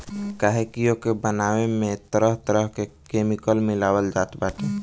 काहे की ओके बनावे में तरह तरह के केमिकल मिलावल जात बाटे